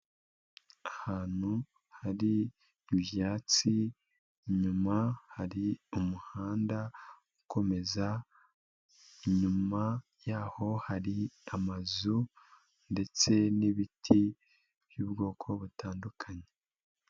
Ahantu hari ibyatsi, inyuma hari umuhanda ukomeza, inyuma yaho hari amazu ndetse n'ibiti by'ubwoko butandukanye.